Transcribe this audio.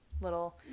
Little